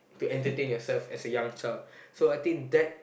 to entertain yourself as a young child so I think that